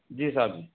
जी साहब जी